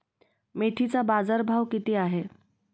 मेथीचा बाजारभाव किती आहे?